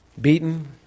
beaten